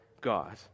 God